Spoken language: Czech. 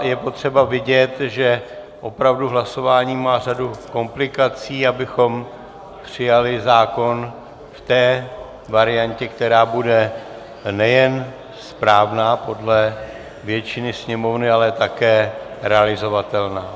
Je potřeba vidět, že opravdu hlasování má řadu komplikací, abychom přijali zákon v té variantě, která bude nejen správná podle většiny sněmovny, ale také realizovatelná.